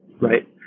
right